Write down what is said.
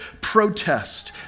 protest